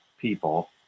people